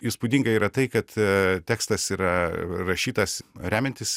įspūdinga yra tai kad a tekstas yra rašytas remiantis